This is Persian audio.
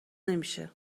نمیشه